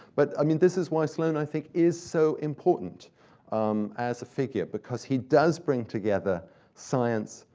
but, i mean, this is why sloane, i think, is so important um as a figure, because he does bring together science,